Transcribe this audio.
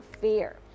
fear